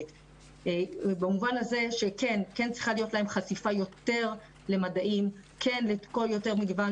במובן הזה שכן צריכה להם יותר חשיפה למדעים וכן מגוון